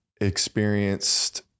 experienced